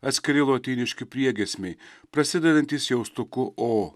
atskiri lotyniški priegiesmiai prasidedantys jaustuku o